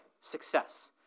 success